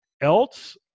else